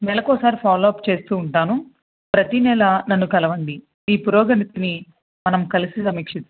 నెలకొకసారి ఫాలోఅప్ చేస్తూ ఉంటాను ప్రతి నెల నన్ను కలవండి మీ ప్రోగ్రెస్ని మనం కలిసి సమీక్షి